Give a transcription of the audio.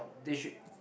they should